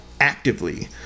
actively